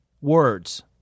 words